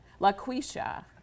Laquisha